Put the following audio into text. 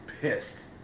pissed